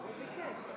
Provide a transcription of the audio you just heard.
הוא ביקש.